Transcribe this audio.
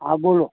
હા બોલો